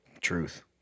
Truth